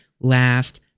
last